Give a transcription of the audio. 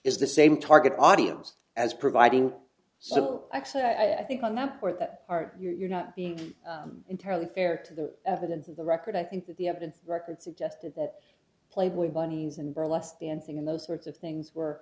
is the same target audience as providing so actually i think on that part that part you are not being entirely fair to the evidence of the record i think that the evidence record suggested that playboy bunnies and burlesque dancing and those sorts of things were